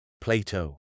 Plato